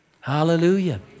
Hallelujah